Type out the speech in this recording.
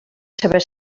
seves